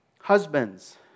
Husbands